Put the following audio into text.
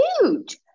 huge